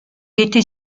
était